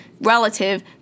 relative